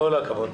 הישיבה נעולה.